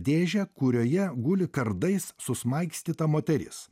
dėžę kurioje guli kardais susmaigstyta moteris